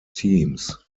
teams